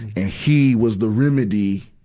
and he was the remedy,